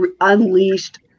unleashed